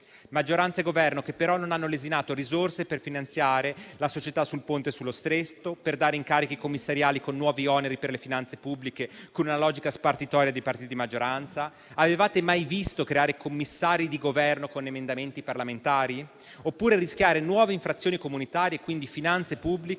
famiglie e imprese. Tuttavia, non hanno lesinato risorse per finanziare la società Ponte sullo Stretto di Messina, per dare incarichi commissariali con nuovi oneri per le finanze pubbliche secondo una logica spartitoria dei partiti di maggioranza. Avevate mai visto creare commissari di Governo con emendamenti parlamentari, oppure rischiare nuove infrazioni comunitarie, ricorrendo a finanze pubbliche